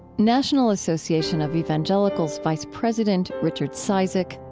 national association of evangelicals vice president richard cizik.